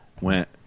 went